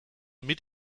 mit